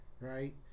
Right